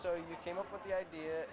so you came up with the idea